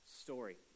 story